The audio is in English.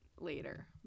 later